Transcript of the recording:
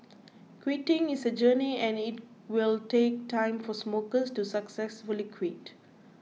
quitting is a journey and it will take time for smokers to successfully quit